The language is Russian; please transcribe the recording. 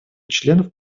членов